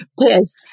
pissed